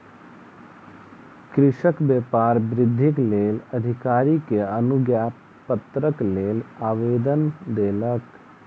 कृषक व्यापार वृद्धिक लेल अधिकारी के अनुज्ञापत्रक लेल आवेदन देलक